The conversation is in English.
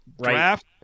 draft